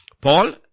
Paul